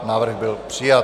Návrh byl přijat.